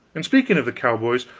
and speaking of the cowboys,